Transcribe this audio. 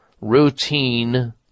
routine